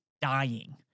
dying